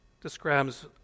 describes